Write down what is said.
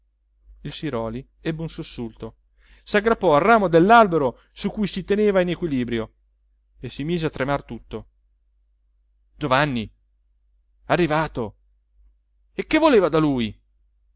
arrivato il siròli ebbe un sussulto s'aggrappò al ramo dell'albero su cui si teneva in equilibrio e si mise a tremar tutto giovanni arrivato e che voleva da lui